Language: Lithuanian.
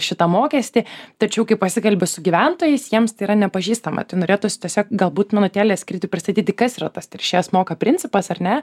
šitą mokestį tačiau kai pasikalbi su gyventojais jiems tai yra nepažįstama tai norėtųsi tiesiog galbūt minutėlę skirti pristatyti kas yra tas teršėjas moka principas ar ne